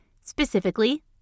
Specifically